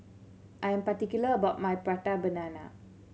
I'm particular about my Prata Banana